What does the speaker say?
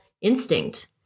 instinct